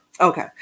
Okay